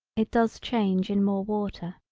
it does change in more water.